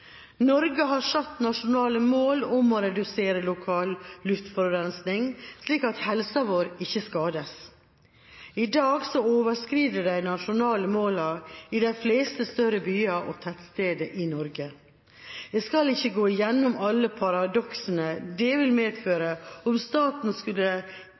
Norge har satt nasjonale mål om å redusere lokal luftforurensning slik at helsa vår ikke skades. I dag overskrides de nasjonale målene i de fleste større byer og tettsteder i Norge. Jeg skal ikke gå gjennom alle paradoksene det ville medføre om staten skulle